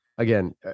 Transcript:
Again